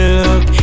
look